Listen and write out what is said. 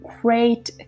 great